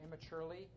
immaturely